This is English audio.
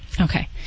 Okay